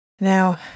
Now